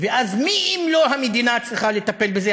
ואז מי אם לא המדינה צריכה לטפל בזה?